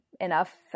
enough